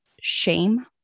shame